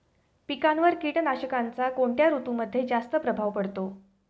पिकांवर कीटकनाशकांचा कोणत्या ऋतूमध्ये जास्त प्रभाव पडतो?